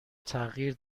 تغییر